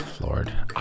Lord